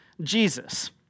Jesus